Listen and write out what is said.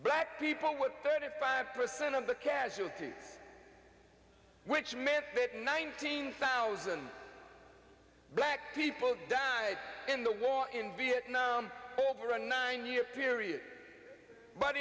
black people were thirty five percent of the casualties which meant that nineteen thousand black people died in the war in vietnam over a nine year period but